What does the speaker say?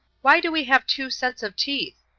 why do we have two sets of teeth?